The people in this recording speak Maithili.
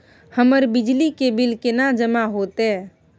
हमर बिजली के बिल केना जमा होते?